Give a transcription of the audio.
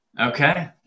Okay